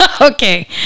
Okay